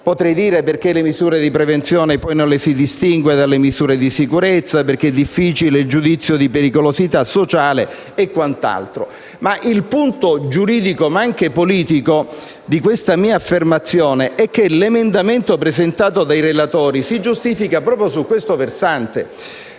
non si distinguono le misure di prevenzione dalle misure di sicurezza, perché è difficile il giudizio di pericolosità sociale e quant'altro. Il punto giuridico, ma anche politico, di questa mia affermazione è che l'emendamento presentato dai relatori si giustifica proprio su questo versante.